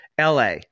LA